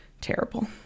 terrible